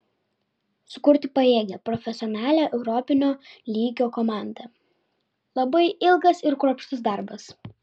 sukurti pajėgią profesionalią europinio lygio komandą labai ilgas ir kruopštus darbas